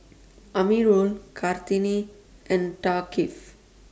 Amirul Kartini and Thaqif